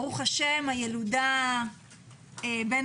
ברוך השם הילודה בין